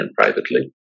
privately